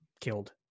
killed